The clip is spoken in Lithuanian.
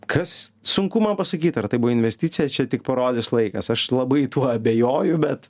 kas sunku man pasakyt ar tai buvo investicija čia tik parodys laikas aš labai tuo abejoju bet